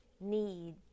need